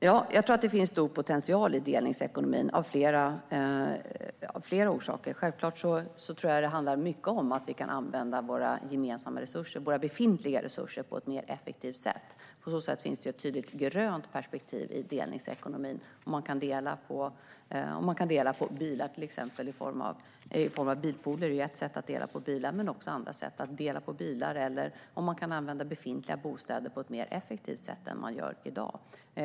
Herr talman! Jag tror att det finns stor potential i delningsekonomin, av flera skäl. Självklart tror jag att det handlar mycket om att vi kan använda våra befintliga resurser på ett mer effektivt sätt. På så sätt finns ett tydligt grönt perspektiv i delningsekonomin. Att dela på bilar i bilpooler är ett sätt att åstadkomma detta. Det finns också andra sätt att till exempel dela bilar eller använda befintliga bostäder på ett mer effektivt sätt än i dag.